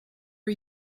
are